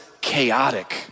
chaotic